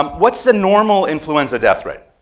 um what's the normal influenza death rate?